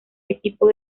equipo